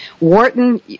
Wharton